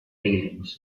feelings